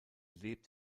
lebt